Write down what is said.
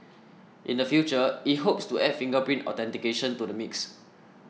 in the future it hopes to add fingerprint authentication to the mix